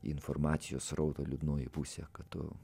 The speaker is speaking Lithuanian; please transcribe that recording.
informacijos srauto liūdnoji pusė kad tu